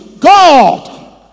God